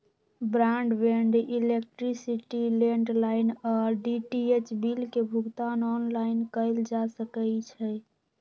broadband, electricity, landline आऽ DTH bill के भुगतान ऑनलाइन कएल जा सकइ छै